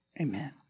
amen